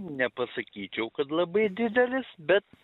nepasakyčiau kad labai didelis bet